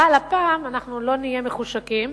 אבל הפעם לא נהיה מחושקים,